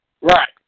Right